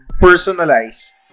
personalized